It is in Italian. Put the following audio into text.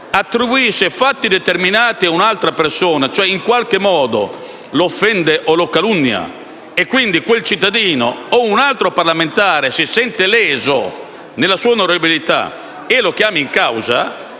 dall'Aula fatti determinati a un'altra persona, cioè in qualche modo la offende o la calunnia e quindi quel cittadino o un altro parlamentare si sente leso nella sua onorabilità e lo chiama in causa,